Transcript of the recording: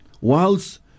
whilst